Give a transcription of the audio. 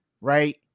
right